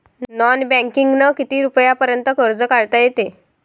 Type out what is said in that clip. Non बँकिंगनं किती रुपयापर्यंत कर्ज काढता येते?